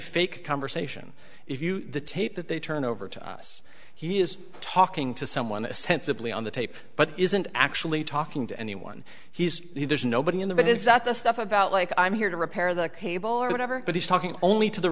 fake conversation if you the tape that they turned over to us he is talking to someone sensibly on the tape but isn't actually talking to anyone he is he there's nobody in the band is that the stuff about like i'm here to repair the cable or whatever but he's talking only to the